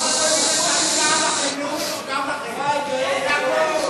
הכול מפני שעמיר נאם לכם נאום שכאב לכם.